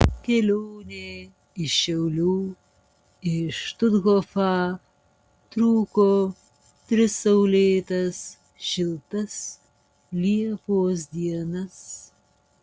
kelionė iš šiaulių į štuthofą truko tris saulėtas šiltas liepos dienas